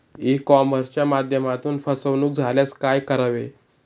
E कॉमर्सच्या माध्यमातून फसवणूक झाल्यास काय करावे?